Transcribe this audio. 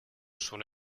sono